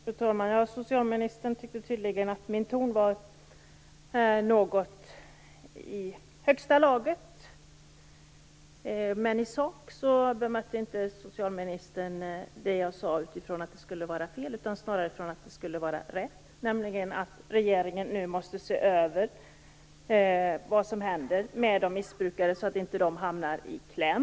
Fru talman! Socialministern tyckte tydligen att min ton var i högsta laget. Men i sak bemötte hon det jag sade inte utifrån att det skulle vara fel utan snarare utifrån att det var rätt, nämligen att regeringen nu måste se över vad som händer med missbrukarna så att de inte hamnar i kläm.